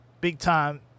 big-time